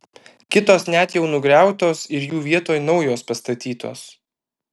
kitos net jau nugriautos ir jų vietoj naujos pastatytos